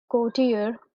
courtier